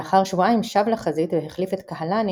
לאחר שבועיים שב לחזית והחליף את קהלני,